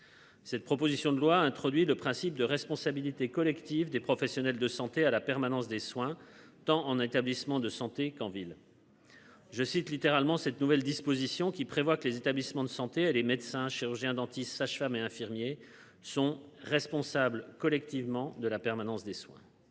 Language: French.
Cette proposition de loi introduit le principe de responsabilité collective des professionnels de santé à la permanence des soins, tant en établissements de santé qu'en ville. Je cite littéralement cette nouvelle disposition qui prévoit que les établissements de santé et les médecins, chirurgiens dentistes, sages-femmes et infirmiers sont responsables collectivement de la permanence des soins.